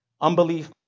Unbelief